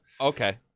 okay